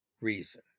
reason